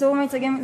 אסור מיצגים?